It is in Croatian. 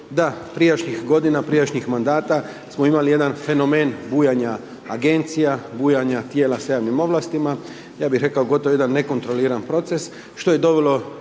Da prijašnjih godina, prijašnjih mandata, smo imali jedan fenomen bujanja agencija, bujanja tijela s javnim ovlastima, ja bih rekao gotovo jedan nekontroliran proces, što je dovelo